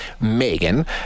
Megan